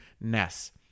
Ness